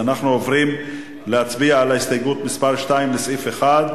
אנחנו עוברים להצביע על הסתייגות מס' 2 לסעיף 1,